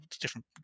different